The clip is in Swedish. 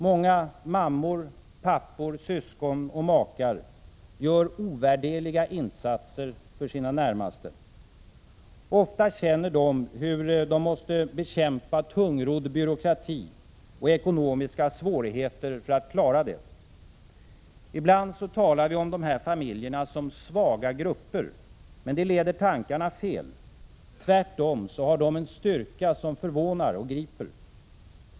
Många mammor, pappor, syskon och makar gör ovärderliga insatser för sina närmaste. Ofta känner de hur de måste bekämpa tungrodd byråkrati och ekonomiska svårigheter för att klara det. Ibland talar vi om de här familjerna som ”svaga grupper”. Detta leder tankarna fel. Tvärtom har de en styrka som förvånar och griper.